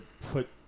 put